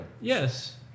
Yes